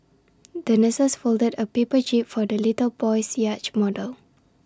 the nurses folded A paper jib for the little boy's yacht model